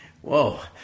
Whoa